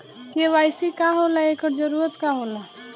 KYC का होला एकर जरूरत का होला?